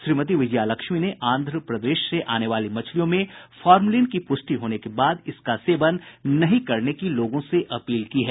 श्रीमती विजयालक्ष्मी ने आंध्रप्रदेश से आने वाली मछलियों में फॉर्मलिन की पुष्टि होने के बाद इसका सेवन नहीं करने की लोगों से अपील की है